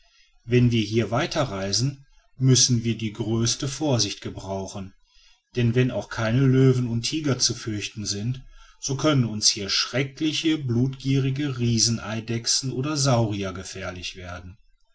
wenn wir hier weiter reisen müssen wir die größte vorsicht gebrauchen denn wenn auch keine löwen und tiger zu fürchten sind so können uns hier schreckliche blutgierige rieseneidechsen oder saurier gefährlich werden